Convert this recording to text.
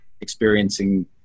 experiencing